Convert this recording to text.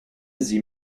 sie